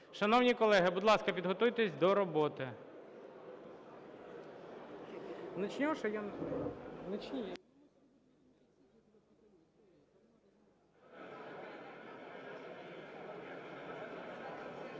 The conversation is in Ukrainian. Шановні колеги, будь ласка, підготуйтесь до роботи.